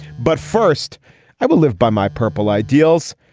but first i will live by my purple ideals.